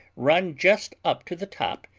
run just up to the top,